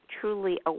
truly